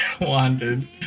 Wanted